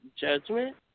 judgment